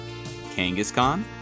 Kangaskhan